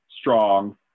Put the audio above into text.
strong